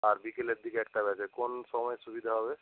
আর বিকেলের দিকে একটা ব্যাচে কোন সময়ে সুবিধা হবে